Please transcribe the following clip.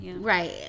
right